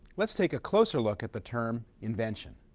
let's take a closer look at the term invention.